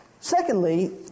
Secondly